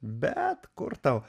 bet kur tau